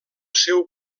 seu